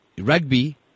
rugby